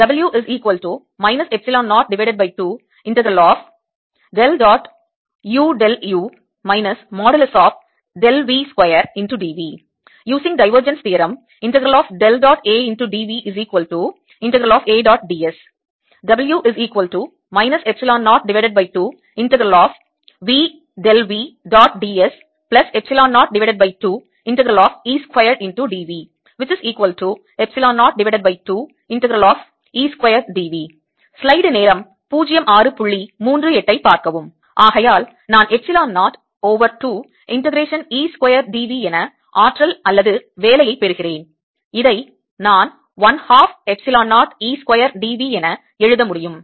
ஆகையால் நான் epsilon 0 over 2 integration E square dV என ஆற்றல் அல்லது வேலையைப் பெறுகிறேன் இதை நான் 1 half epsilon 0 E square dV என எழுத முடியும்